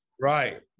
Right